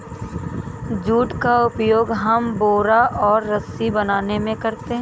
jute का उपयोग हम बोरा और रस्सी बनाने में करते हैं